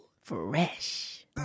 Fresh